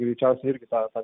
greičiausiai irgi tą tą